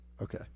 Okay